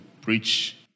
preach